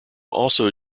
also